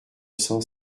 cent